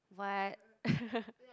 what